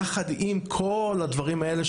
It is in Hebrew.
יחד עם כל הדברים האלה,